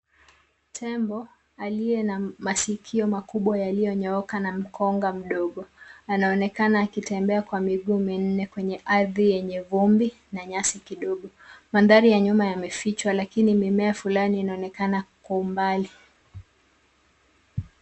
Tembo aliye na masikio makubwa yaliyonyooka na mkonga mdogo anaonekana akitembea kwa miguu minne kwenye ardhi yenye vumbi na nyasi kidogo. Mandhari ya nyuma yamefichwa lakini mimea fulani inaonekana kwa umbali.